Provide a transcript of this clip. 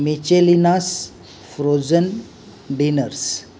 Michelina's frozen dinners